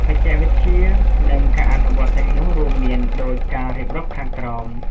បច្ចេកវិទ្យា និងការអនុវត្តទាំងនោះរួមមានដូចការរៀបរាប់ខាងក្រោម។